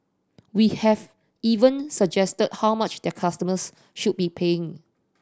we have even suggested how much their customers should be paying